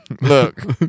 look